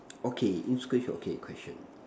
okay next question okay question